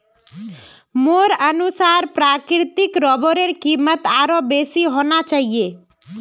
मोर अनुसार प्राकृतिक रबरेर कीमत आरोह बेसी होना चाहिए